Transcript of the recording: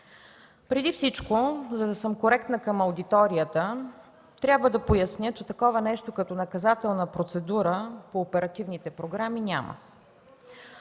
Преди всичко, за да съм коректна към аудиторията, трябва да поясня, че такова нещо като наказателна процедура по оперативните програми няма.